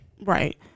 right